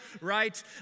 right